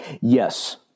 Yes